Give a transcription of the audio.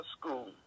school